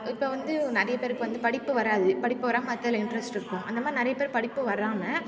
இப்போ வந்து நிறைய பேருக்கு வந்து படிப்பு வராது படிப்பு வராமல் மற்றதுல இன்ட்ரெஸ்ட் இருக்கும் அந்த மாதிரி நிறைய பேர் படிப்பு வராமல்